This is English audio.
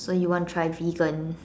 when you want to try vegan